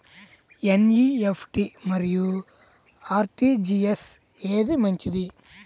NEFT మరియు RTGS ఏది మంచిది?